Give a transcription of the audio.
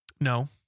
No